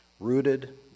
rooted